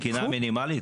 תקינה מינימלית?